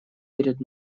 перед